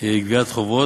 גביית חובות.